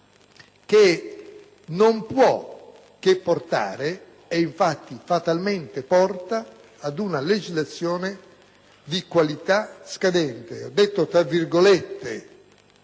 che non può che portare, e infatti fatalmente porta, ad una legislazione di qualità scadente.